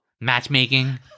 Matchmaking